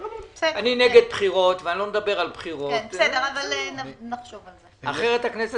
אני נגד בחירות ואני לא מדבר על בחירות כי אחרת הכנסת